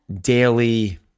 daily